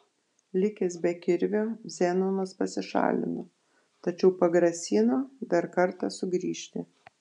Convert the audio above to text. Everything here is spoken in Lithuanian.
likęs be kirvio zenonas pasišalino tačiau pagrasino dar kartą sugrįžti